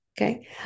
Okay